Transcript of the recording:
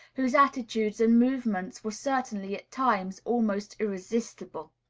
whose attitudes and movements were certainly at times almost irresistible.